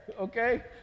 okay